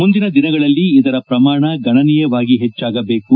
ಮುಂದಿನ ದಿನಗಳಲ್ಲಿ ಇದರ ಪ್ರಮಾಣ ಗಣನೀಯವಾಗಿ ಹೆಚ್ಚಾಗಬೇಕು